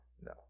no